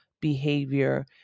behavior